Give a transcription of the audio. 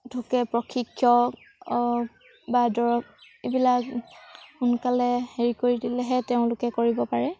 ধুকে প্ৰশিক্ষক বা দৰৱ এইবিলাক সোনকালে হেৰি কৰি দিলেহে তেওঁলোকে কৰিব পাৰে